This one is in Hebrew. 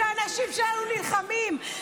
כשהאנשים שלנו נלחמים.